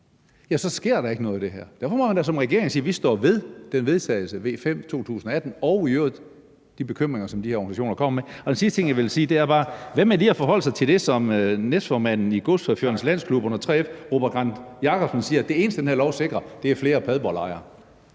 så sker der ikke noget i det her. Derfor må man da som regering sige: Vi står ved det forslag til vedtagelse, V 5, fra 2018, og i øvrigt de bekymringer, som de her organisationer kommer med. Og en sidste ting, jeg vil sige, er bare: Hvad med lige at forholde sig til det, som næstformanden i Godschaufførernes Landsklub under 3F, Robert Grandt Jakobsen, siger, nemlig at det eneste, den her lov sikrer, er flere Padborglejre?